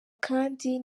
kandi